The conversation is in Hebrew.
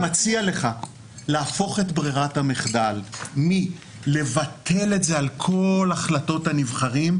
אני מציע לך להפוך את בררת המחדל מלבטל את זה על כל החלטות הנבחרים,